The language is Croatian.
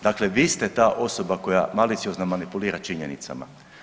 Dakle vi ste ta osoba koja maliciozno manipulira činjenicama.